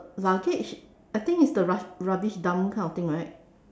luggage I think it is the ru~ rubbish dump kind of thing right